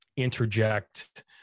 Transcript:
interject